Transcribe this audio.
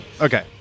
okay